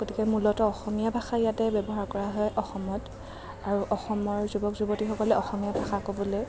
গতিকে মূলতঃ অসমীয়া ভাষা ইয়াতে ব্য়ৱহাৰ কৰা হয় অসমত আৰু অসমৰ যুৱক যুৱতীসকলে অসমীয়া ভাষা ক'বলৈ